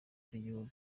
tw’igihugu